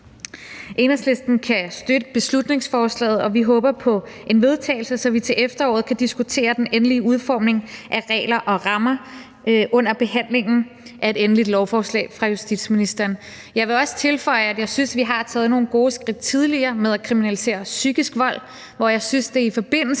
Enhedslisten kan støtte beslutningsforslaget. Og vi håber på en vedtagelse, så vi til efteråret kan diskutere den endelige udformning af regler og rammer under behandlingen af et endeligt lovforslag fra justitsministeren. Jeg vil også tilføje, at jeg synes, at vi har taget nogle gode skridt tidligere ved at kriminalisere psykisk vold, og jeg synes, at det i forbindelse